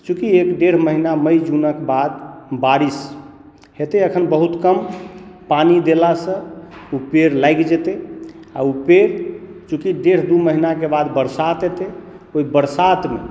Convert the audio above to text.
चूँकि एक डेढ़ महीना मइ जूनक बाद बारिश हेतै अखन बहुत कम पानि देलासंँ ओ पेड़ लागि जेतै आ ओ पेड़ चूँकि डेढ़ दू महीनाके बाद बरसात हेतै ओहि बरसातमे